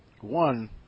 one